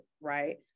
right